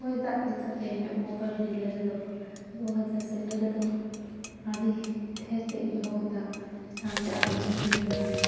ᱦᱚᱭ ᱫᱟᱜ ᱞᱮᱠᱟᱛᱮ ᱵᱳᱠᱟᱨᱳ ᱡᱮᱞᱟ ᱨᱮᱫᱚ ᱫᱩ ᱦᱟᱡᱟᱨ ᱥᱳᱞᱞᱳ ᱨᱮᱫᱚ ᱟᱹᱰᱤ ᱰᱷᱮᱹᱨ ᱛᱮᱜ ᱜᱮ ᱦᱚᱭ ᱫᱟᱜ ᱥᱟᱶᱛᱮ ᱟᱨᱮᱞ ᱦᱚᱸ ᱧᱩᱨ ᱞᱮᱱ ᱛᱟᱦᱮᱱᱟ